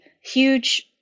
huge